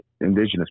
indigenous